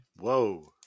Whoa